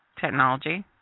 technology